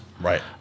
Right